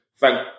Thank